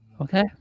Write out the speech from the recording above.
Okay